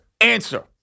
answer